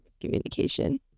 communication